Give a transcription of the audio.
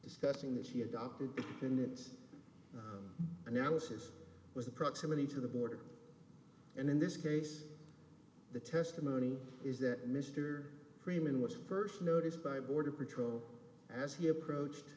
discussing that she adopted in an analysis was the proximity to the border and in this case the testimony is that mr freeman was first noticed by border patrol as he approached